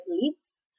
leads